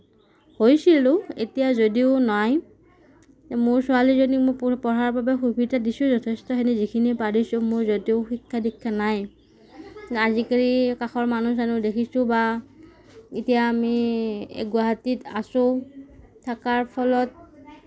হৈছিলোঁ এতিয়া যদিও নাই মোৰ ছোৱালীজনীক মই পঢ়াৰ সুবিধা দিছোঁ যথেষ্টখিনি যিখিনি পাৰিছোঁ মোৰ যদিও শিক্ষা দীক্ষা নাই আজিকালি কাষৰ মানুহ চানুহ দেখিছোঁ বা এতিয়া আমি গুৱাহাটীত আছোঁ থকাৰ ফলত